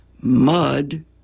mud